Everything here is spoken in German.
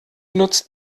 nutzt